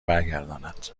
برگرداند